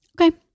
Okay